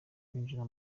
kwinjira